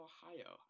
Ohio